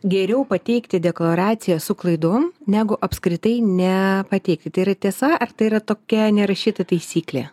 geriau pateikti deklaraciją su klaidom negu apskritai nepateikti tai yra tiesa ar tai yra tokia nerašyta taisyklė